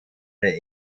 der